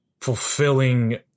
fulfilling